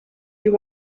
you